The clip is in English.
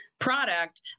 product